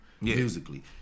musically